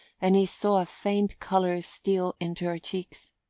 and he saw a faint colour steal into her cheeks.